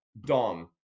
Dom